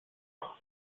rob